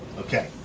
okay.